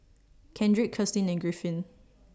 Kendrick Kirstin and Griffin